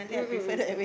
mm mm mm